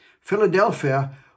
Philadelphia